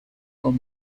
con